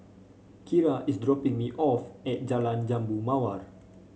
Kira is dropping me off at Jalan Jambu Mawar